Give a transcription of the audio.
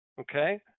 Okay